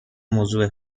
موضوع